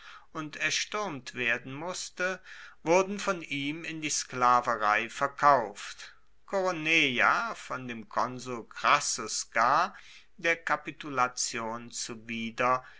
und erstuermt werden musste wurden von ihm in die sklaverei verkauft koroneia von dem konsul crassus gar der kapitulation zuwider